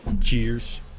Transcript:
cheers